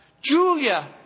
Julia